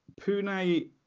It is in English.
Pune